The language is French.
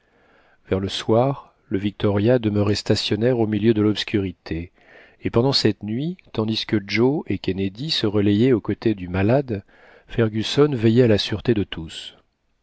vers le soir le victoria demeurait stationnaire au milieu de l'obscurité et pendant cette nuit tandis que joe et kennedy se relayaient aux côtés du malade fergusson veillait à la sûreté de tous